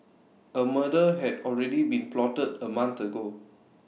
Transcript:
A murder had already been plotted A month ago